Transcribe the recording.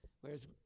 Whereas